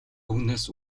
үгнээс